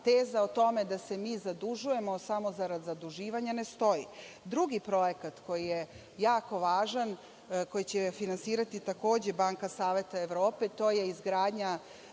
teza o tome da se mi zadužujemo samo zarad zaduživanja ne stoji. Drugi projekat koji je jako važan, koji će finansirati takođe Banka Saveta Evrope, to je izgradnja